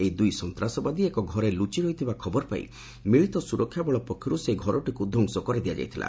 ଏହି ଦୁଇ ସନ୍ତାସବାଦୀ ଏକ ଘରେ ଲୁଚି ରହିଥିବା ଖବର ପାଇ ମିଳିତ ସୁରକ୍ଷା ବଳ ପକ୍ଷରୁ ସେହି ଘରଟିକୁ ଧ୍ୱଂସ କରିଦିଆଯାଇଥିଲା